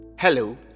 Hello